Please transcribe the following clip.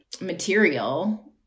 material